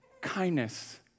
kindness